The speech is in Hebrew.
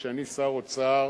כשאני שר אוצר